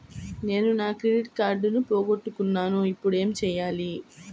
నేను నా క్రెడిట్ కార్డును పోగొట్టుకున్నాను ఇపుడు ఏం చేయాలి?